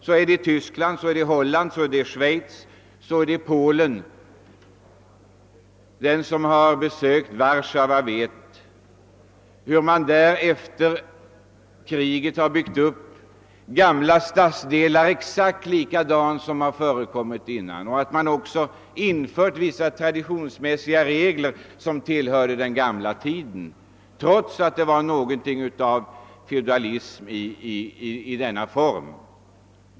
Så är det i Tyskland, Holland, Schweiz och Polen. Den som har besökt Warszawa vet att man där efter kriget har byggt upp stadsdelar så att de blivit exakt likadana som de var tidigare. Man har också infört vissa traditionsmässiga regler som tillhörde den gamla tiden trots att det då rådde en viss feodalism.